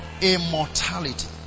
Immortality